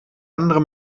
andere